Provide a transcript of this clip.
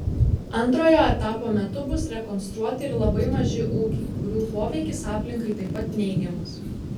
antrojo etapo metu bus rekonstruoti ir labai maži ūkiai kurių poveikis aplinkai taip pat neigiamas